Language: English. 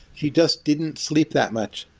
he just didn't sleep that much.